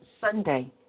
Sunday